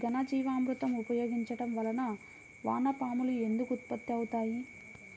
ఘనజీవామృతం ఉపయోగించటం వలన వాన పాములు ఎందుకు ఉత్పత్తి అవుతాయి?